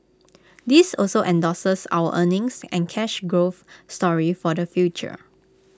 this also endorses our earnings and cash growth story for the future